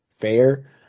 fair